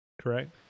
correct